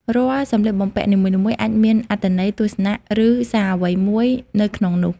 រាល់សម្លៀកបំពាក់នីមួយៗអាចមានអត្ថន័យ ទស្សនៈ ឬសារអ្វីមួយនៅក្នុងនោះ។